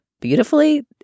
beautifully